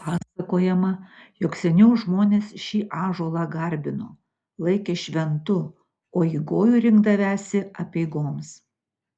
pasakojama jog seniau žmonės šį ąžuolą garbino laikė šventu o į gojų rinkdavęsi apeigoms